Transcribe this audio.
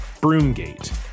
Broomgate